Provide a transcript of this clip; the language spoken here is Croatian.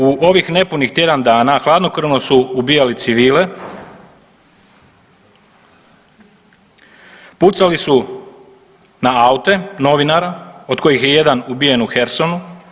U ovih nepunih tjedan dana hladnokrvno su ubijali civile, pucali su na aute novinara od kojih je jedan ubijen u Hersonu.